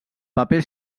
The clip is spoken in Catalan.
paper